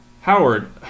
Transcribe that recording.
Howard